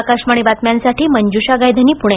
आकाशवाणी बातम्यांसाठी मंजुषा गायधनी पुणे